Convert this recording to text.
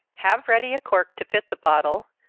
have ready a cork to fit the bottle,